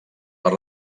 per